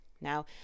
Now